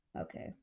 okay